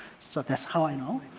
so that is how i know.